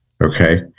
okay